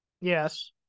Yes